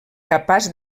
capaç